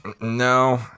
No